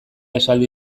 esaldi